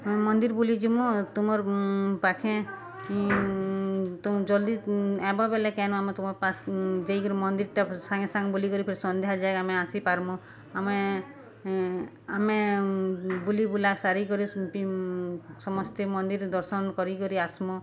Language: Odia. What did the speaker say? ଆମେ ମନ୍ଦିର୍ ବୁଲିଯିବୁ ତୁମର୍ ପାଖେ ତୁମେ ଜଲ୍ଦି ଆଏବବେ ବେଲେ କେନୁ ଆମେ ତୁମ ଯାଇକିରି ମନ୍ଦିର୍ଟା ସାଙ୍ଗେ ସାଙ୍ଗେ ବୁଲିକରି ଫିରି ସନ୍ଧ୍ୟା ଯାଏ ଆମେ ଆସିପାର୍ମୁ ଆମେ ଆମେ ବୁଲି ବୁଲା ସାରିକରି ସମସ୍ତେ ମନ୍ଦିର୍ ଦର୍ଶନ୍ କରିକରି ଆସ୍ମୁ